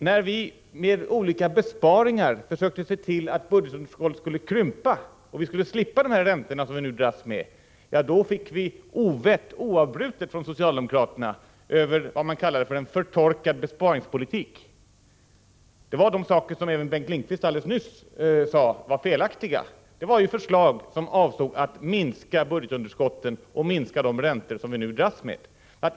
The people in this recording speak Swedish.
När vi med olika besparingar försökt se till att budgetunderskotten skulle krympa så att vi skulle slippa de räntor som vi nu dras med, ja, då fick vi oavbrutet ovett från socialdemokraterna för vad som kallades för ”förtorkad besparingspolitik”. Det som Bengt Lindqvist alldeles nyss sade var felaktigt var förslag som avsåg att minska budgetunderskotten och därmed minska de räntor som vi nu dras med.